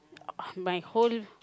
my whole